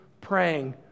praying